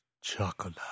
chocolate